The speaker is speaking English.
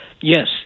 yes